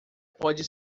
pode